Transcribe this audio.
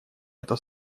это